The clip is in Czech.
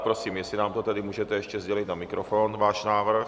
Tak prosím, jestli nám to tedy můžete ještě sdělit na mikrofon, svůj návrh.